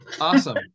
Awesome